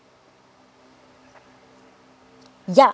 yeah